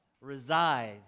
reside